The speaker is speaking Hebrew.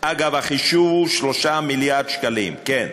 אגב, החישוב הוא 3 מיליארד שקלים, כן.